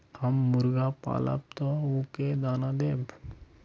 हम मुर्गा पालव तो उ के दाना देव?